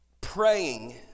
praying